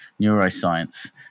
neuroscience